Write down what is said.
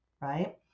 Right